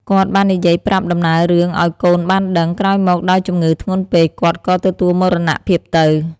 គាត់បាននិយាយប្រាប់ដំណើររឿងឱ្យកូនបានដឹង ក្រោយមកដោយជំងឺធ្ងន់ពេក គាត់ក៏ទទួលមរណភាពទៅ។